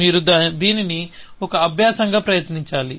మీరు దీనిని ఒక అభ్యాసంగా ప్రయత్నించాలి